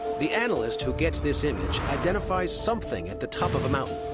the analyst who gets this image identifies something at the top of a mountain.